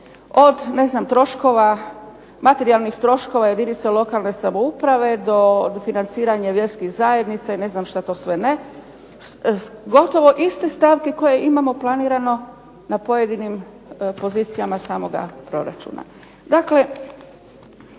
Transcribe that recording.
sve imamo. Od materijalnih troškova jedinica lokalne samouprave do financiranja vjerskih zajednica i ne znam šta to sve ne, gotovo iste stavke koje imamo planirano na pojedinim pozicijama samog proračuna. Dakle,